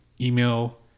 email